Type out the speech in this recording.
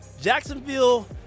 jacksonville